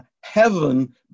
heaven